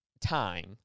Time